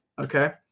Okay